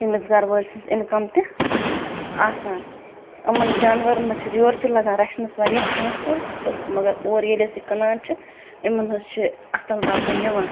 تٔمِس گَرٕ وٲلۍ سٕنٛز اِنکم تہِ آسان یِمن جانوَرن منٛز چھِ یورٕ تہِ لَگان رَچھنَس واریاہ پونٛسہٕ حظ تہٕ مَگر اورٕ ییٚلہِ أسۍ یہِ کٕنان چھِ یِمن حظ چھِ أصل رۄپے یِوان